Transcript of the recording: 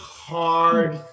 hard